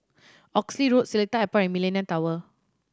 Oxley Road Seletar Airport and Millenia Tower